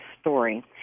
story